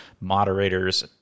moderators